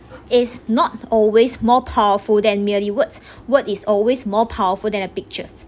is not always more powerful than merely words word is always more powerful than a pictures